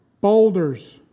boulders